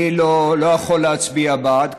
אני לא יכול להצביע בעד.